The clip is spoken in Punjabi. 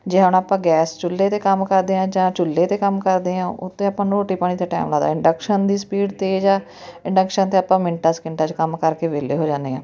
ਜੇ ਹੁਣ ਆਪਾਂ ਗੈਸ ਚੁੱਲ੍ਹੇ 'ਤੇ ਕੰਮ ਕਰਦੇ ਹਾਂ ਜਾਂ ਚੁੱਲ੍ਹੇ 'ਤੇ ਕੰਮ ਕਰਦੇ ਹਾਂ ਉਹ 'ਤੇ ਆਪਾਂ ਨੂੰ ਰੋਟੀ ਪਾਣੀ 'ਤੇ ਟਾਈਮ ਲੱਗਦਾ ਇੰਡਕਸ਼ਨ ਦੀ ਸਪੀਡ ਤੇਜ਼ ਆ ਇੰਡਕਸ਼ਨ 'ਤੇ ਆਪਾਂ ਮਿੰਟਾਂ ਸਕਿੰਟਾਂ 'ਚ ਕੰਮ ਕਰਕੇ ਵਿਹਲੇ ਹੋ ਜਾਂਦੇ ਹਾਂ